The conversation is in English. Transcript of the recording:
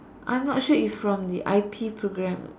I'm not sure if from the I_P programme